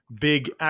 big